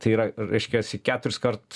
tai yra reiškiasi keturiskart